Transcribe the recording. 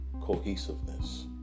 cohesiveness